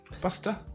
Buster